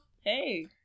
Hey